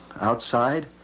outside